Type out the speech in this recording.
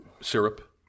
syrup